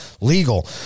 legal